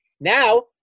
Now